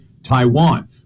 Taiwan